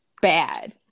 bad